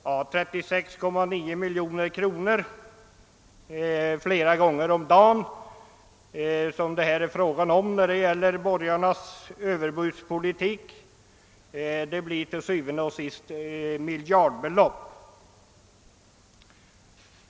Men 36,9 miljoner kronor flera gånger om dagen, som det är fråga om när det gäller borgarnas överbudspolitik, blir till syvende og sidst miljardbelopp.